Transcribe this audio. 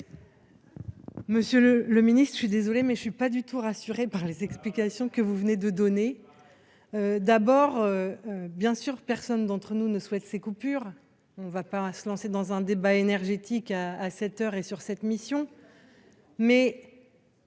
Monsieur le le ministre-je suis désolé mais je ne suis pas du tout rassuré par les explications que vous venez de donner d'abord bien sûr, personne d'entre nous ne souhaite ces coupures, on ne va pas se lancer dans un débat énergétique à à sept heures et sur cette mission